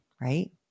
right